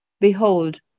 behold